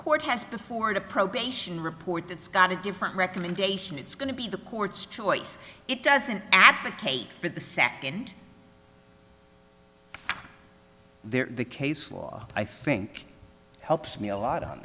court has before it a probation report that's got a different recommendation it's going to be the court's choice it doesn't advocate for the second there the case law i think helps me a lot on